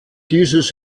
dieses